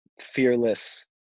fearless